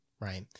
right